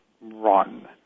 run